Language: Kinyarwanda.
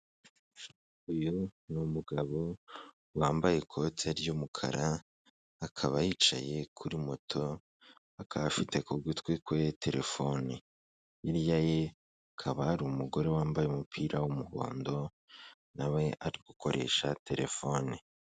Uyu ni umugabo wambaye ikote ry'umukara, akaba yicaye kuri moto, akaba afite ku gutwi kwe telefoni, hirya ye hakaba hari umugore wambaye umupira w'umuhondo na we ari gukoresha telefone.